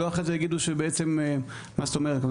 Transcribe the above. שלא יגידו אחרי זה: מה זאת אומרת?